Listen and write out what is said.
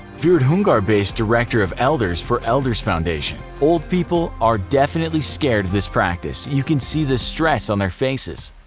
virudhunagar-based director of elders for elders foundation. old people are definitely scared of this practice. you can see the stress on their faces.